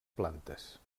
plantes